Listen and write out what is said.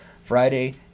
Friday